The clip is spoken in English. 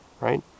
right